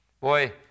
Boy